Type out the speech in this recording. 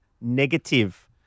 negative